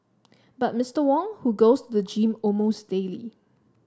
but Mister Wong who goes to the gym almost daily